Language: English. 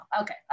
okay